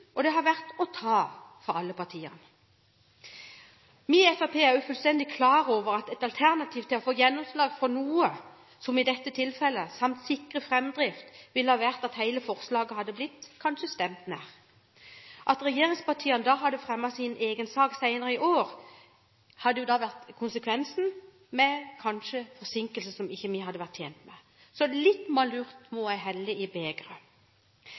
og ta for alle partier. Vi i Fremskrittspartiet er også fullstendig klar over at et alternativ til å få gjennomslag for noe, som i dette tilfellet, samt sikre framdrift, ville ha vært at hele forslaget kanskje hadde blitt stemt ned. At regjeringspartiene hadde fremmet en egen sak senere i år, hadde jo da vært konsekvensen, med kanskje forsinkelser som ikke vi hadde vært tjent med. Så litt malurt må jeg helle i